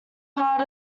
part